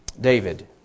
David